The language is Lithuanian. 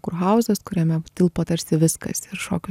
kurhauzas kuriame tilpo tarsi viskas ir šokių